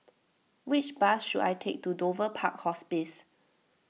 which bus should I take to Dover Park Hospice